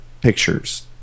pictures